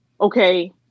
okay